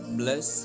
bless